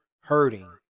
hurting